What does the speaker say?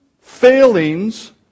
failings